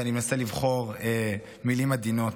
ואני מנסה לבחור מילים עדינות.